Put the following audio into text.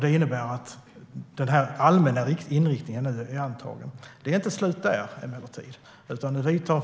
Det innebär att den allmänna inriktningen är antagen. Det är emellertid inte slut där.